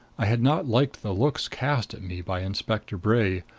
i had not liked the looks cast at me by inspector bray,